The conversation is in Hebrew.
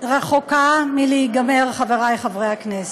רחוקה מלהיגמר, חברי חברי הכנסת.